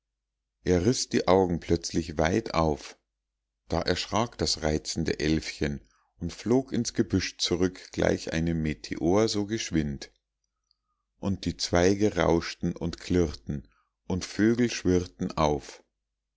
er riß die augen plötzlich weit auf da erschrak das reizende elfchen und flog ins gebüsch zurück gleich einem meteor so geschwind und die zweige rauschten und klirrten und vögel schwirrten auf